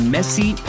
Messy